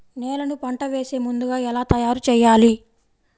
నేలను పంట వేసే ముందుగా ఎలా తయారుచేయాలి?